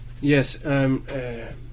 Yes